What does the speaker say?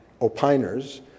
opiners